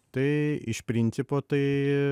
tai iš principo tai